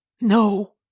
No